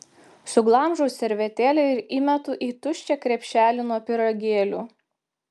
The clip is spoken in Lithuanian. suglamžau servetėlę ir įmetu į tuščią krepšelį nuo pyragėlių